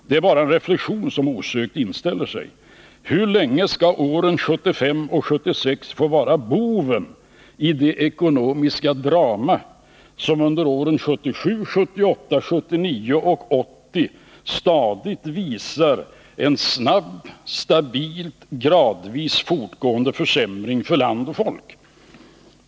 Det är en reflexion som osökt inställer sig: Hur länge skall åren 1975 och 1976 få vara boven i det ekonomiska drama som under 1977, 1978, 1979 och 1980 stadigt visar en snabb, gradvis fortgående försämring för land och folk?